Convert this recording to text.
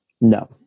No